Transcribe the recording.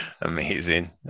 Amazing